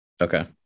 Okay